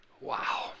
Wow